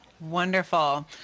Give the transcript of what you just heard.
Wonderful